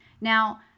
Now